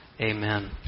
Amen